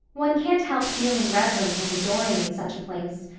one can't help feeling reverent and adoring in such a place.